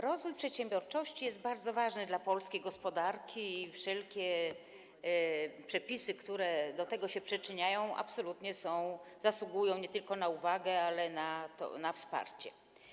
Rozwój przedsiębiorczości jest bardzo ważny dla polskiej gospodarki i wszelkie przepisy, które się do tego przyczyniają, absolutnie zasługują nie tylko na uwagę, ale i na wsparcie.